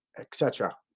etc.